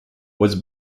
was